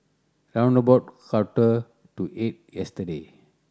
round about quarter to eight yesterday